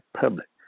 public